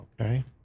okay